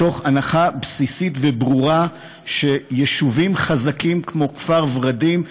מתוך הנחה בסיסית וברורה שיישובים חזקים כמו כפר ורדים,